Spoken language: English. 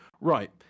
Right